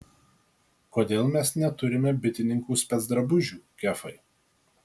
kodėl mes neturime bitininkų specdrabužių kefai